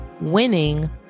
winning